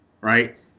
right